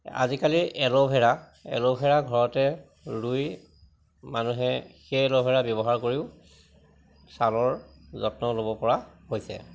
আজিকালি aloe vera aloe vera ঘৰতে ৰুই মানুহে সেই এল'ভেৰা ব্যৱহাৰ কৰিও ছালৰ যত্ন ল'ব পৰা হৈছে